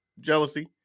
Jealousy